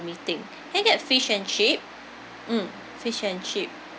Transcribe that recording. let me think can I get a fish and chip mm fish and chip